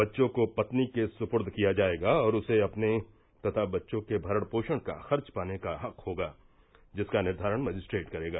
बच्चों को पत्नी के सुपूर्द किया जाएगा और उसे अपने तथा बच्चों के भरण पोषण का खर्च पाने का हक होगा जिसका निर्वारण मजिस्ट्रेट करेगा